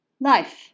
life